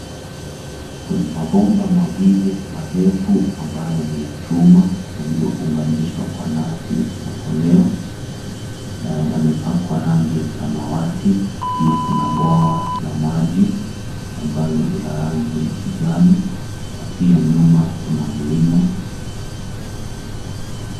Kuna mabomba mawili marefu ambayo ni ya chuma yaliyounganishwa na nati na koleo na yamepakwa rangi ya samawati. Pia kuna bwawa la maji ambalo ni la rangi ya kijani na pia nyuma kuna mlima.